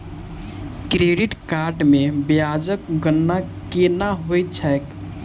credit card मे ब्याजक गणना केना होइत छैक